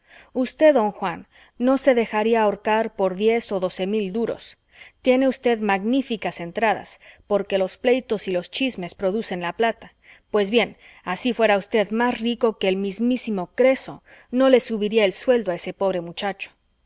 usted don juan no se dejaría ahorcar por diez o doce mil duros tiene usted magníficas entradas porque los pleitos y los chismes producen la plata pues bien así fuera usted más rico que el mismísimo creso no le subiría el sueldo a ese pobre muchacho